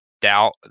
doubt